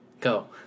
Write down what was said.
Go